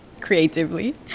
creatively